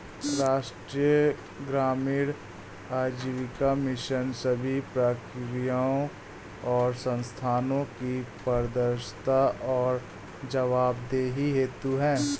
राष्ट्रीय ग्रामीण आजीविका मिशन सभी प्रक्रियाओं और संस्थानों की पारदर्शिता और जवाबदेही होती है